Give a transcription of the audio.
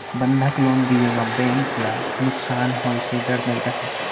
बंधक लोन दिये म बेंक ल नुकसान होए के डर नई रहय